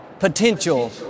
potential